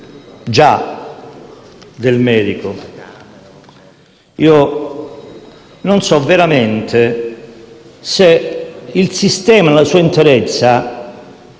Già, del medico. Io non so veramente se il sistema nella sua interezza